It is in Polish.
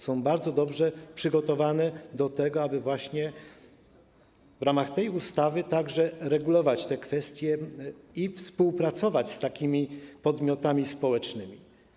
Są bardzo dobrze przygotowane do tego, aby właśnie w ramach w tej ustawy regulować te kwestie i współpracować z takimi podmiotami społecznymi.